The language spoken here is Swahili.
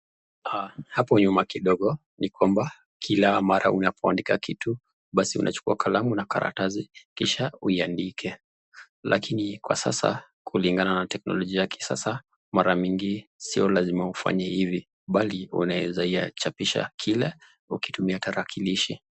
Hapo nyuma kidogo ni kwamba kila mara unapoandika kitu basi unachukua kalamu na karatasi kisha uiandike lakini kwa sasa kulingana na teknolojia ya kisasa mara mingi sio lazima ufanye hivi bali unaweza inaweza chapisha kile ukitumia tarakilishi.